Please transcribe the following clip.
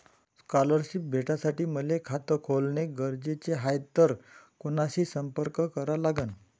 Scholarship भेटासाठी मले खात खोलने गरजेचे हाय तर कुणाशी संपर्क करा लागन?